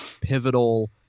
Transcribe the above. pivotal